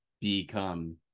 become